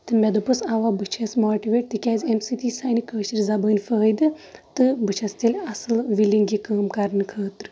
تہٕ مےٚ دوٚپُس آ بہٕ چھَس ماٹویٹ تِکیازِ اَمہِ سۭتۍ یی سانہِ کٲشِر زَبانۍ فٲیدٕ تہٕ بہٕ چھس تیٚلہِ اَصٕل وِلنگ یہِ کٲم کرنہٕ خٲطرٕ